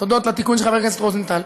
תודות לתיקון של חבר הכנסת רוזנטל,